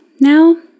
now